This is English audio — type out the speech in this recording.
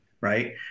right